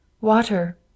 Water